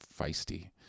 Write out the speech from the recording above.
feisty